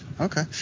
Okay